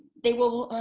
they will,